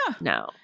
No